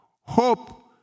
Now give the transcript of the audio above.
hope